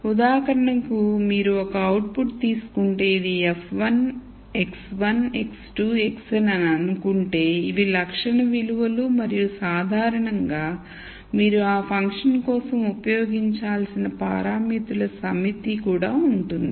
ఉదాహరణకు మీరు ఒక అవుట్ పుట్ తీసుకుంటే ఇది f1 x1 x2 xn అని అనుకుంటే ఇవి లక్షణ విలువలు మరియు సాధారణంగా మీరు ఆ ఫంక్షన్ కోసం ఉపయోగించాల్సిన పారామితుల సమితి కూడా ఉంటుంది